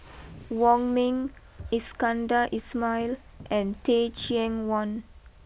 Wong Ming Iskandar Ismail and Teh Cheang Wan